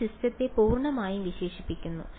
ഇത് സിസ്റ്റത്തെ പൂർണ്ണമായും വിശേഷിപ്പിക്കുന്നു